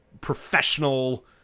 professional